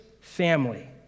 family